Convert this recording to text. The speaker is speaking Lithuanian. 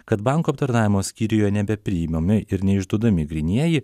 kad banko aptarnavimo skyriuje nebepriimami ir neišduodami grynieji